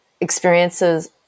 experiences